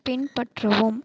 பின்பற்றவும்